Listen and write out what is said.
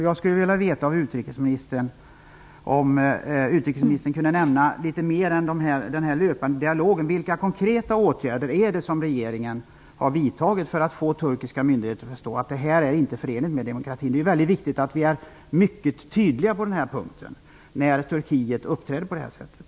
Jag skulle vilja veta om utrikesministern kan nämna något mer än den löpande dialogen. Vilka konkreta åtgärder är det som regeringen har vidtagit för att få turkiska myndigheter att förstå att detta inte är förenligt med demokrati? Det är viktigt att vi är mycket tydliga på den punkten, när Turkiet uppträder på det här sättet.